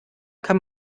kann